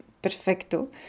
perfecto